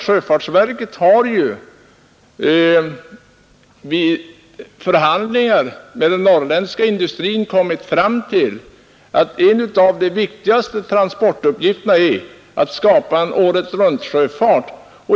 Sjöfartsverket har vid förhandlingar med den norrländska industrin hävdat att en av de viktigaste transportuppgifterna är att skapa en året-runt-sjöfart.